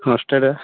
ହଷ୍ଟେଲ୍ରେ